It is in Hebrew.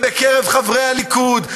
ובקרב חברי הליכוד,